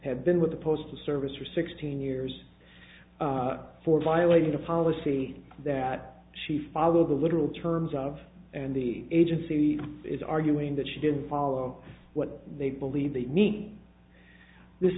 had been with the postal service for sixteen years for violating a policy that she follows a literal terms of and the agency is arguing that she didn't follow what they believe they need this